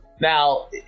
Now